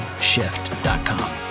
shift.com